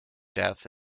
death